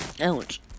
Ouch